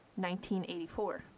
1984